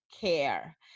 care